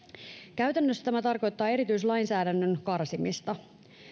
käytännössä tämä tarkoittaa erityislainsäädännön karsimista